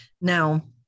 Now